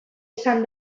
izan